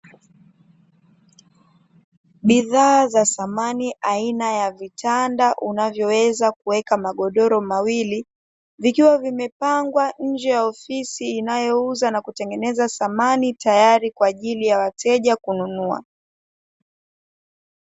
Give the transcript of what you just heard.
Bidhaa za samani aina ya vitanda unavyoweza kuweka magodoro mawili, vikiwa vimepangwa nje ya ofisi inayo uza na kutengeneza samani tayari, kwa ajili ya wateja kununua.